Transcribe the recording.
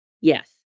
Yes